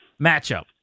matchup